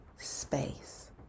space